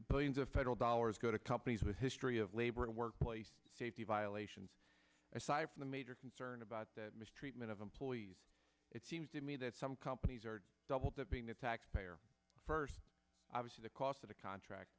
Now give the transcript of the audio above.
billions of federal dollars go to companies with history of labor and workplace safety violations aside from a major concern about the mistreatment of employees it seems to me that some companies are double dipping the taxpayer first obviously the cost of a contract